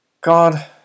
God